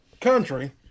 country